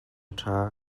ṭha